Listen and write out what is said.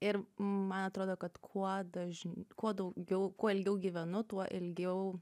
ir man atrodo kad kuo dažn kuo daugiau kuo ilgiau gyvenu tuo ilgiau